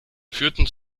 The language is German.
führten